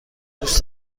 دوست